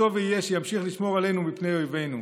שטוב יהיה שימשיך לשמור עלינו מפני אויבינו.